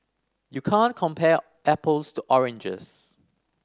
you can't compare apples to oranges